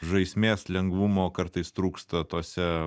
žaismės lengvumo kartais trūksta tose